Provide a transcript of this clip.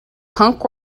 punk